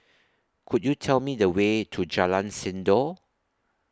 Could YOU Tell Me The Way to Jalan Sindor